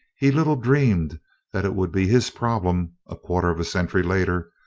he little dreamed that it would be his problem, a quarter of a century later,